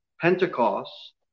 Pentecost